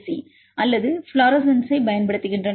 C அல்லது ஃப்ளோரசன்ஸைப் பயன்படுத்துகின்றன